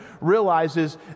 realizes